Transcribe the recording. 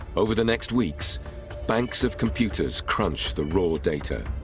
over the next weeks banks of computers crunch the raw data